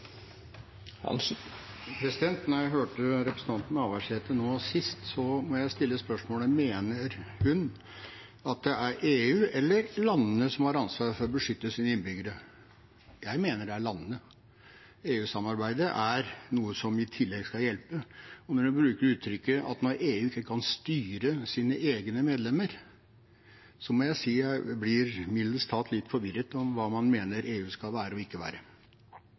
representanten Navarsete nå sist, må jeg stille spørsmålet: Mener hun at det er EU eller landene som har ansvaret for å beskytte sine innbyggere? Jeg mener det er landene. EU-samarbeidet er noe som i tillegg skal hjelpe. Og når hun bruker uttrykk som at EU ikke kan styre sine egne medlemmer, må jeg si jeg blir mildest talt litt forvirret om hva man mener EU skal være og ikke være.